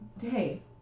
hey